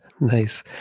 Nice